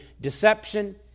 deception